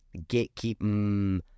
gatekeeping